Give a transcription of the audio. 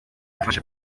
gufasha